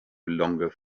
longer